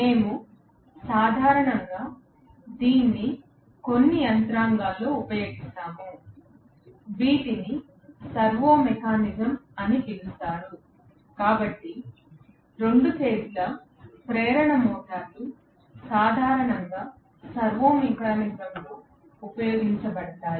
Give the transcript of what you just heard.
మేము సాధారణంగా దీన్ని కొన్ని యంత్రాంగాల్లో ఉపయోగిస్తాము వీటిని సర్వో మెకానిజం అని పిలుస్తారు కాబట్టి 2 ఫేజ్ల ప్రేరణ మోటార్లు సాధారణంగా సర్వో మెకానిజంలో ఉపయోగించబడతాయి